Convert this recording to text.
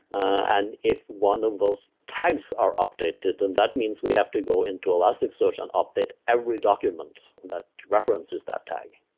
and if one of those tags are updated and that means we have to go into elastic search and update every documents that references that tag